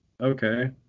okay